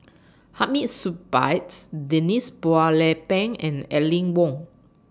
Hamid Supaat Denise Phua Lay Peng and Aline Wong